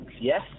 yes